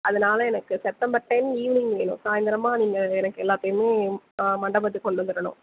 அதனால் எனக்கு September ten evening வேணும் சாயந்தரமா எனக்கு நீங்கள் எல்லாத்தையும் ஆ மண்டபத்துக்கு கொண்டு வந்துடணும்